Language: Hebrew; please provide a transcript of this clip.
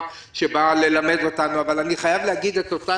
שבאה ללמד אותנו אבל אני חייב להגיד את אותה